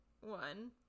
one